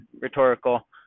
rhetorical